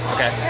Okay